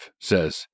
says